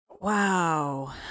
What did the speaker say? wow